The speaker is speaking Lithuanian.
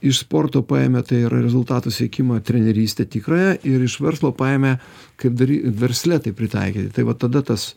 iš sporto paėmė tai yra rezultatų siekimo trenerystę tikrąją ir iš verslo paėmė kaip dary versle tai pritaikyti tai vat tada tas